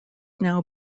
now